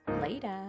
Later